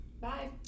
Bye